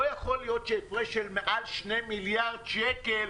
לא יכול להיות שהפרש של מעל 2 מיליארד שקל